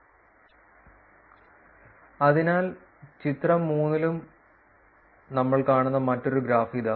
അതിനാൽ ചിത്രം 3 ലും ചിത്രം 3 ലും നമ്മൾ കാണുന്ന മറ്റൊരു ഗ്രാഫ് ഇതാ